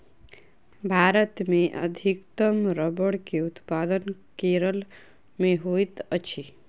भारत मे अधिकतम रबड़ के उत्पादन केरल मे होइत अछि